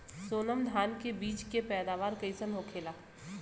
सोनम धान के बिज के पैदावार कइसन होखेला?